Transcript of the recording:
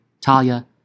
Talia